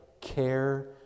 care